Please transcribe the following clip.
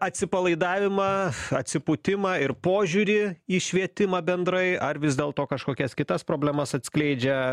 atsipalaidavimą atsipūtimą ir požiūrį į švietimą bendrai ar vis dėlto kažkokias kitas problemas atskleidžia